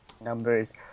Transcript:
numbers